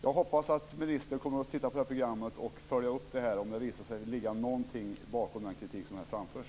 Jag hoppas att ministern kommer att titta på programmet och följa upp det här om det visar sig ligga någonting bakom den kritik som framförs.